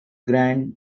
grand